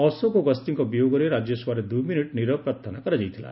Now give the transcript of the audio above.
ଅଶୋକ ଗସ୍ତିଙ୍କ ବିୟୋଗରେ ବିୟୋଗରେ ରାଜ୍ୟସଭାରେ ଦୁଇ ମିନିଟ୍ ନୀରବ ପ୍ରାର୍ଥନା କରାଯାଇଥିଲା